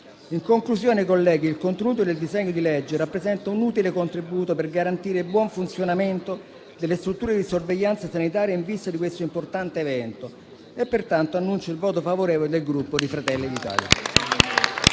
In conclusione, colleghi, il contenuto del disegno di legge rappresenta un utile contributo per garantire il buon funzionamento delle strutture di sorveglianza sanitaria in vista di questo importante evento, pertanto annuncio il voto favorevole del Gruppo Fratelli d'Italia.